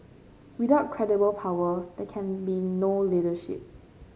without credible power they can be no leadership